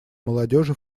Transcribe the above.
молодежи